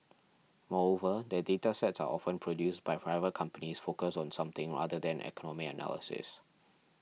moreover the data sets are often produced by private companies focused on something other than economy analysis